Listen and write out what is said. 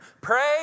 Pray